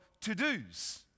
to-dos